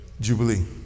Jubilee